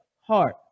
Heart